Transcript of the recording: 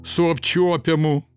su apčiuopiamu